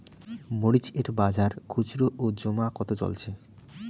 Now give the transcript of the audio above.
মরিচ এর বাজার খুচরো ও জমা কত চলছে?